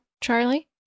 Charlie